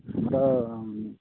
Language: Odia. ଆମର